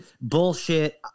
bullshit